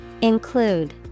Include